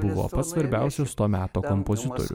buvo pats svarbiausias to meto kompozitorių